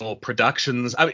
productions